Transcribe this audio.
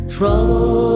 Trouble